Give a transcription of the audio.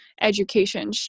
education